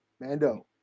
Mando